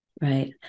Right